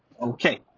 Okay